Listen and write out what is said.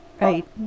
Right